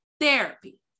therapy